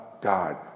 God